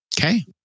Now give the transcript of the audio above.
Okay